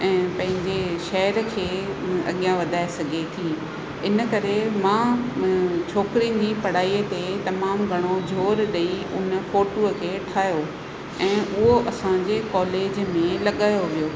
ऐं पंहिंजे शहर खे अॻियां वधाए सघे थी इन करे मां छोकिरियुनि जी पढ़ाई ते तमामु घणो ज़ोर ॾेई उन फोटूअ खे ठाहियो ऐं उहो असांजे कॉलेज में लॻायो वियो